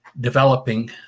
developing